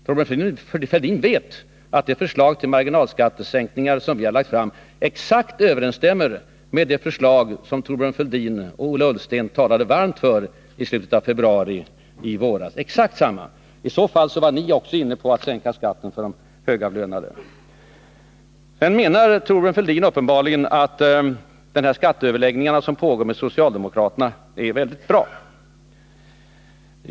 Thorbjörn Fälldin vet att det förslag till marginalskattesänkningar som vi lagt fram exakt överensstämmer med det förslag som Thorbjörn Fälldin och Ola Ullsten talade varmt för i slutet av februari i år. I så fall var ni också inne på att sänka skatten för de högavlönade. Sedan menar Thorbjörn Fälldin uppenbarligen att de skatteöverläggningar med socialdemokraterna som pågår är väldigt bra.